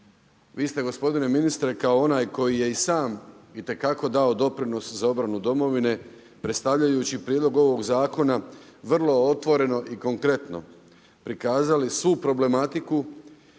Vi ste gospodine ministre kao onaj koji je i sam itekako dao doprinos za obranu domovine, predstavljajući prijedlog ovog zakona vrlo otvoreno i konkretno, prikazali svu problematiku